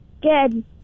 Good